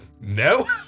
No